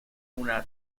una